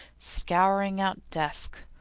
scouring out desks,